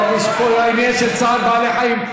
יש פה עניין של צער בעלי חיים.